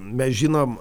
mes žinom